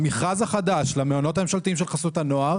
המכרז החדש למעונות הממשלתיים של חסות הנוער